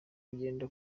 kugenda